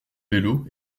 vélo